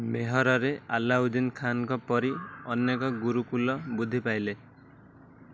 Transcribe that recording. ମୈହରରେ ଆଲାଉଦ୍ଦିନ ଖାନଙ୍କ ପରି ଅନେକ ଗୁରୁକୁଳ ବୃଦ୍ଧି ପାଇଲେ